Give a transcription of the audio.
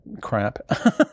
crap